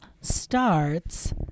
starts